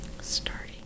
Starting